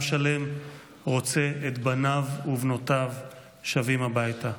עם שלם רוצה את בניו ובנותיו שבים הביתה.